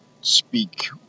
speak